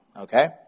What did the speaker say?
Okay